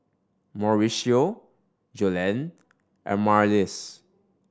Mauricio Joellen and Marlys